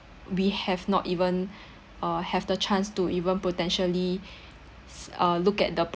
we have not even uh have the chance to even potentially uh look at the